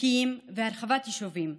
חוקיים והרחבת יישובים.